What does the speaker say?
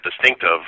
distinctive